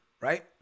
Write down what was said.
right